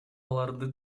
аларды